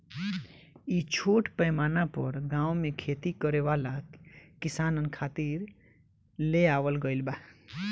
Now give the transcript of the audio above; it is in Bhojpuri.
इ छोट पैमाना पर गाँव में खेती करे वाला किसानन खातिर ले आवल गईल बा